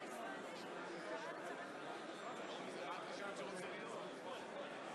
ששומרת על שלטון החוק ושמבטיחה את